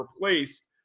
replaced